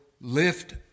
lift